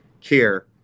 care